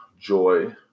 joy